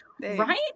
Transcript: Right